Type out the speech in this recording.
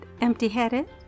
empty-headed